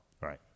Right